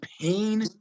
pain